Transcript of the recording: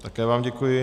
Také vám děkuji.